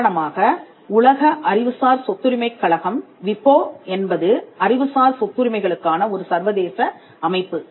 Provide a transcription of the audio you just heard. உதாரணமாக உலக அறிவுசார் சொத்துரிமைக் கழகம் விபோ என்பது அறிவுசார் சொத்துரிமை களுக்கான ஒரு சர்வதேச அமைப்பு